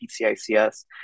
PCICS